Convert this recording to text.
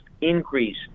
increase –